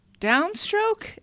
downstroke